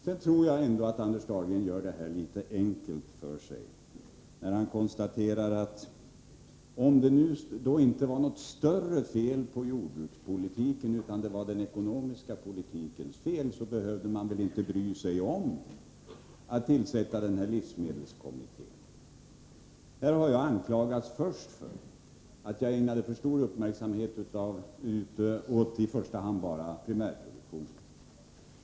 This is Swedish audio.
Jag tror ändå att Anders Dahlgren gör det enkelt för sig när han konstaterar, att om det inte var något större fel på jordbrukspolitiken utan att allt var den ekonomiska politikens fel, så behövde man väl inte bry sig om att tillsätta den här livsmedelskommittén. Här har jag först anklagats för att jag ägnade för stor uppmärksamhet åt i första hand bara primärproduktionen.